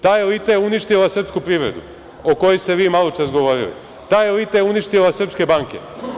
Ta elita je uništila srpsku privredu o kojoj ste vi maločas govorili, ta elita je uništila srpske banke.